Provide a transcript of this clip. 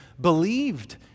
believed